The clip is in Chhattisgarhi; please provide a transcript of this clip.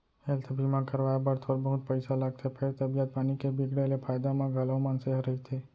हेल्थ बीमा करवाए बर थोर बहुत पइसा लागथे फेर तबीयत पानी के बिगड़े ले फायदा म घलौ मनसे ह रहिथे